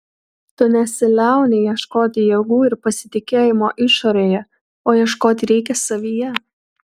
tu nesiliauni ieškoti jėgų ir pasitikėjimo išorėje o ieškoti reikia savyje